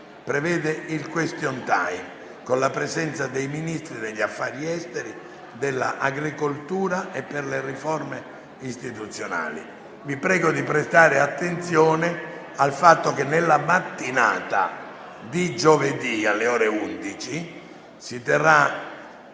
prevede il *question time* con la presenza dei Ministri degli affari esteri, dell'agricoltura e per le riforme istituzionali. Vi prego di prestare attenzione al fatto che nella mattinata di giovedì, alle ore 11, si terrà